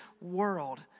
world